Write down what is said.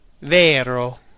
Vero